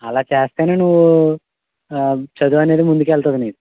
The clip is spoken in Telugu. అలా చేస్తేనే నువ్వు చదువనేది ముందుకెళ్తది నీకు